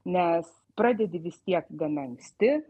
nes pradedi vis tiek gana anksti